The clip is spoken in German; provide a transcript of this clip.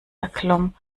erklomm